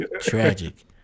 Tragic